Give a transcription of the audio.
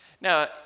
Now